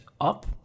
up